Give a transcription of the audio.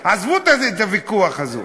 עזבו את הוויכוח הזה.